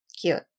Cute